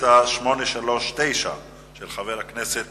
ביום כ"ד באדר התש"ע